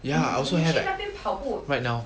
ya I also have eh right now